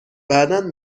بعدا